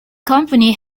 company